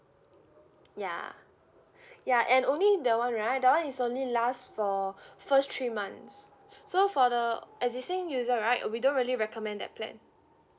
ya ya and only that [one] right that [one] is only last for first three months so for the existing user right we don'T really recommend that plan